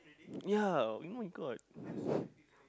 ya [oh]-my-god